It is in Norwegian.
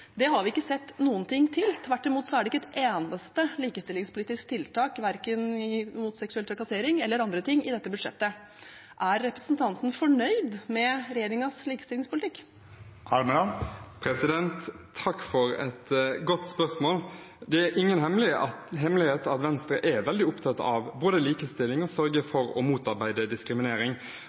Det har vi ikke sett noen ting til. Tvert imot er det ikke et eneste likestillingspolitisk tiltak verken mot seksuell trakassering eller andre ting i dette budsjettet. Er representanten fornøyd med regjeringens likestillingspolitikk? Takk for et godt spørsmål. Det er ingen hemmelighet at Venstre er veldig opptatt av både likestilling og å sørge for å motarbeide diskriminering.